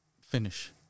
finish